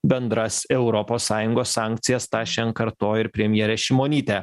bendras europos sąjungos sankcijas tą šen kartojo ir premjerė šimonytė